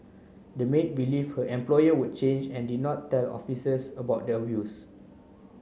the maid believed her employer would change and did not tell officers about the abuse